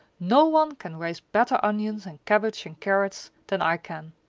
no one can raise better onions and cabbage and carrots than i can.